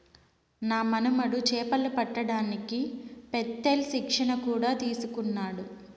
నా మనుమడు చేపలు పట్టడానికి పెత్తేల్ శిక్షణ కూడా తీసుకున్నాడు